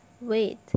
wait